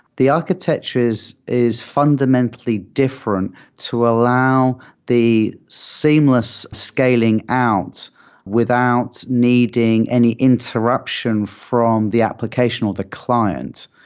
the architecture is is fundamentally different to allow the seamless scaling out without needing any interruption from the application of the client.